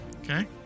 Okay